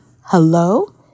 hello